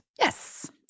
yes